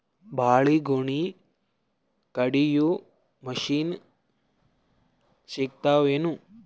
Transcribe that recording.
ಬಾಳಿಗೊನಿ ಕಡಿಯು ಮಷಿನ್ ಸಿಗತವೇನು?